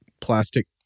plastic